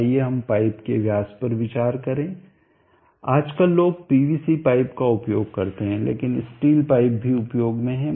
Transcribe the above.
आइए हम पाइप के व्यास पर विचार करें आजकल लोग PVC पाइप का उपयोग करते हैं लेकिन स्टील पाइप भी उपयोग में हैं